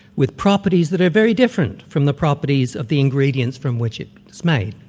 with properties that are very different from the properties of the ingredients from which it's made,